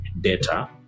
data